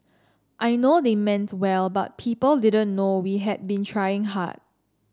I know they meant well but people didn't know we had been trying hard